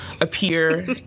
appear